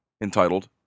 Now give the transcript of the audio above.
entitled